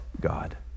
God